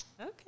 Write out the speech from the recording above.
okay